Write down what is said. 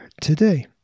today